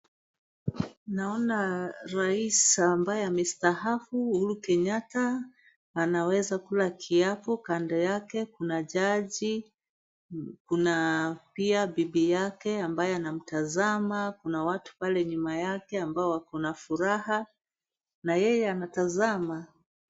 Naona Rais ambaye amestaafu Uhuru Kenyatta anaweza kula kiapo kanda yake kuna jaji. Kuna pia bibi yake ambaye ana mtazama kuna watu pale nyuma yake ambao wako na furaha. Na yeye anatazama.